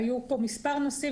היו פה מספר נושאים,